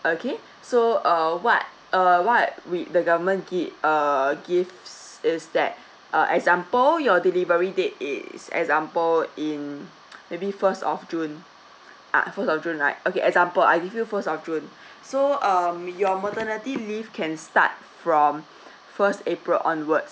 okay so uh what uh what I we the government gi~ err gives is that err example your delivery date is example in maybe first of june uh first of june right okay example I give you first of june so um your maternity leave can start from first april onwards